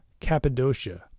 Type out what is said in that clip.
Cappadocia